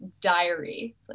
diary